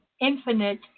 infinite